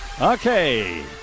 Okay